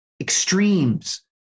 extremes